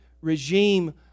regime